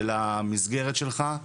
של המסגרת שלך,